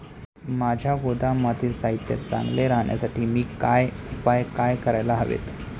माझ्या गोदामातील साहित्य चांगले राहण्यासाठी मी काय उपाय काय करायला हवेत?